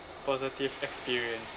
positive experience